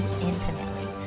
intimately